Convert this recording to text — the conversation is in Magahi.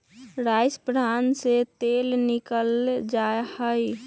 राइस ब्रान से तेल निकाल्ल जाहई